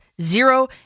zero